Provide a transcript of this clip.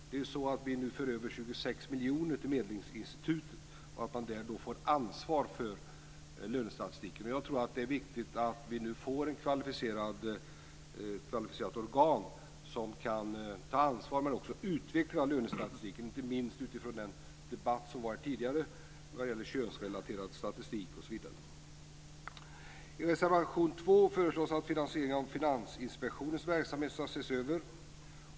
Vi för nu över 26 miljoner till Medlingsinstitutet, som får ansvar för lönestatistiken. Jag tror att det är viktigt att vi nu får ett kvalificerat organ som kan ta ansvar för och även utveckla lönestatistiken, inte minst utifrån den debatt som tidigare har förts om könsrelaterad statistik osv. I reservation 2 föreslås att finansieringen av Finansinspektionens verksamhet ska ses över.